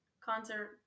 concert